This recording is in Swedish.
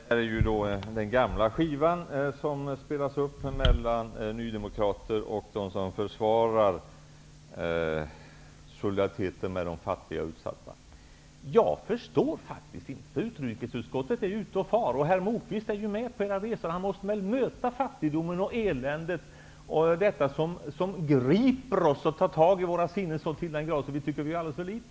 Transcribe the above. Herr talman! Det är den gamla vanliga skivan som spelas upp mellan Nydemokraterna och dem som försvarar solidariteten med de fattiga och utsatta. Jag förstår faktiskt inte resonemanget. Utrikesutskottets ledamöter är ju ute på resor. Herr Moquist är ju med på resor, så han måste också möta fattigdomen och eländet -- allt det som griper oss och vädjar till våra sinnen så till den grad att vi tycker att vi gör alldeles för litet.